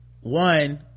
one